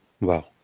Wow